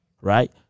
right